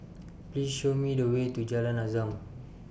Please Show Me The Way to Jalan Azam